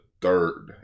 third